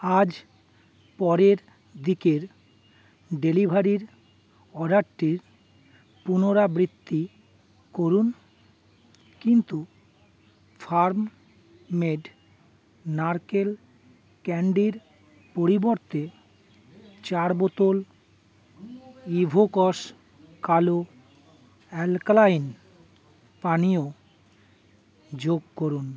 আজ পরের দিকের ডেলিভারির অর্ডারটির পুনরাবৃত্তি করুন কিন্তু ফার্ম মেড নারকেল ক্যান্ডির পরিবর্তে চার বোতল ইভোকস কালো অ্যালকালাইন পানীয় যোগ করুন